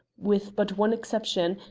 with but one exception,